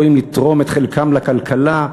יכולים לתרום את חלקם לכלכלה.